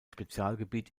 spezialgebiet